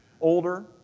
older